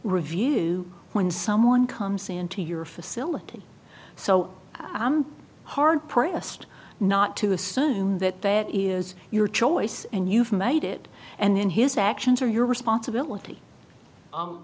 review when someone comes into your facility so i'm hard pressed not to assume that that is your choice and you've made it and then his actions are your responsibility